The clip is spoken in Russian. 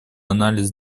анализ